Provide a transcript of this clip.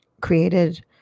created